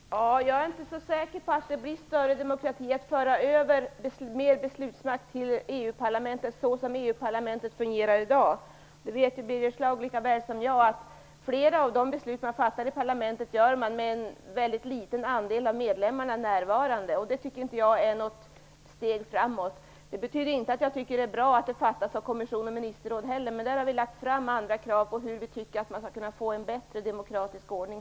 Herr talman! Jag är inte så säker på att det blir "en större demokrati" i och med att mer av beslutsmakt förs över till EU-parlamentet så som detta i dag fungerar. Birger Schlaug vet lika väl som jag att flera av de beslut som fattas i parlamentet fattas av en väldigt liten andel av medlemmarna närvarande. Det tycker inte jag är ett steg framåt. Men det betyder inte att jag tycker att det är bra att beslut fattas av kommissionen eller ministerrådet. Där har vi lagt fram andra krav på hur det enligt vår mening skulle gå att få en bättre demokratisk ordning.